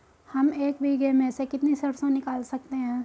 हम एक बीघे में से कितनी सरसों निकाल सकते हैं?